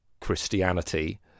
Christianity